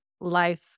life